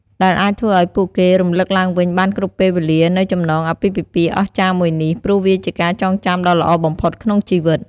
ដែលអាចធ្វើឲ្យពួកគេរំលឹកឡើងវិញបានគ្រប់ពេលវេលានូវចំណងអាពាហ៍ពិហ៍អស្ចារ្យមួយនេះ ព្រោះវាជាការចងចាំដ៏ល្អបំផុតក្នុងជិវិត។